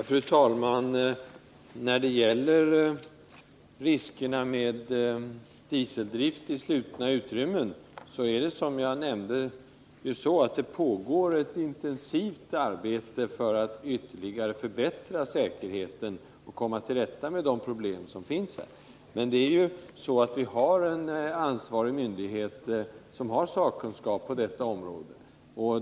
Fru talman! När det gäller riskerna med dieseldrift i slutna utrymmen pågår det, som jag nämnde, ett intensivt arbete för att ytterligare förbättra säkerheten och komma till rätta med de problem som finns. Vi har en ansvarig myndighet, arbetarskyddsstyrelsen, med sakkunskap på detta område.